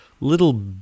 little